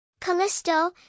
Callisto